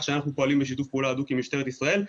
שאנחנו פועלים בשיתוף פעולה הדוק עם משטרת ישראל.